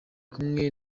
kumwe